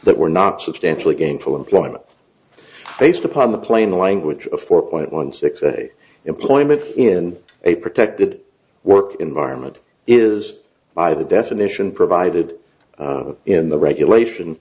that were not substantially gainful employment based upon the plain language of four point one six employment in a protected work environment is by the definition provided in the regulation